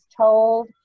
told